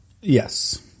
Yes